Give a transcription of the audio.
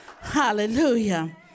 Hallelujah